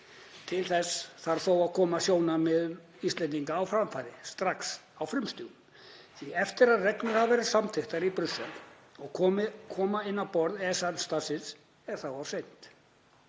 Til þess þarf þó að koma sjónarmiðum Íslendinga á framfæri strax á frumstigum því að eftir að reglur hafa verið samþykktar í Brussel og koma inn á borð EES-samstarfsins er það of seint.